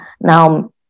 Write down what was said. now